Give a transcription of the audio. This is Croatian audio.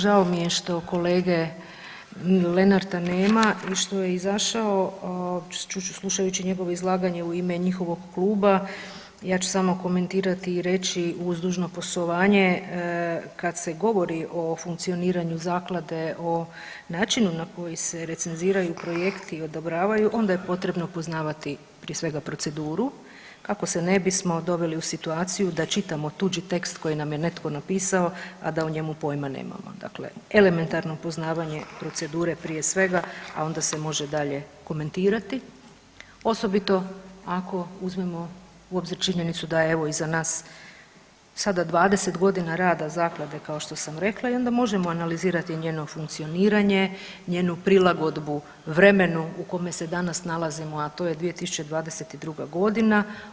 Žao mi je što kolege Lenarta nema i što je izašao, slušajući njegovo izlaganje u ime njihovog kluba, ja ću samo komentirati i reći uz dužno poštovanje, kad se govori o funkcioniranju zaklade, o načinu na koji se recenziraju projekti i odobravaju onda je potrebno poznavati prije svega proceduru kako se ne bismo doveli u situaciju da čitamo tuđi tekst koji nam je netko napisao a da o njemu pojma nemamo, dakle elementarno poznavanje procedure prije svega, a onda se može dalje komentirati, osobito ako uzmemo u obzir činjenicu da je evo iza nas sada 20.g. rada zaklade kao što sam rekla i onda možemo analizirati njeno funkcioniranje, njenu prilagodbu vremenu u kome se danas nalazimo, a to je 2022.g.